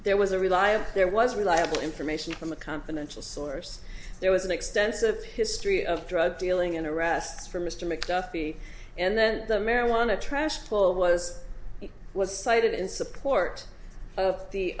there was a reliable there was reliable information from a confidential source there was an extensive history of drug dealing in a rest for mr mcduffee and then the marijuana trash pull was was cited in support of the